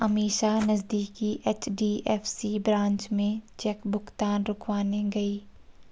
अमीषा नजदीकी HDFC branch में cheque भुगतान रुकवाने गई